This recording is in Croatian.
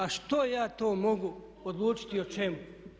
A što ja to mogu odlučiti i o čemu?